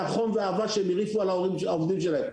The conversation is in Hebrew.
החום והאהבה שהם הרעיפו על העובדים שלהם.